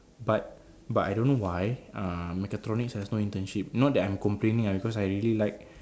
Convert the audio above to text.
but but I don't know why uh mechatronics has no internship not that I am complaining ah because I really like